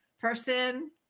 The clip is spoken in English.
person